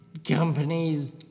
companies